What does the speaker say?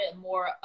more